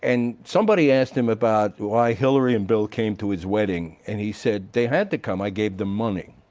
and somebody asked him about why hillary and bill came to his wedding and he said, they had to come, i gave them money.